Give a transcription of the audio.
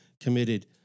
committed